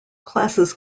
classes